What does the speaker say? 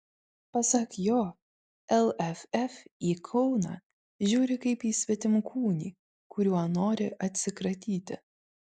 pasak jo lff į kauną žiūri kaip į svetimkūnį kuriuo nori atsikratyti